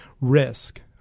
risk